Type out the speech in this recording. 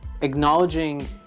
acknowledging